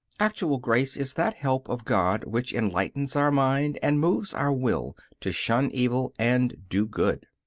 actual grace is that help of god which enlightens our mind and moves our will to shun evil and do good.